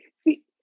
see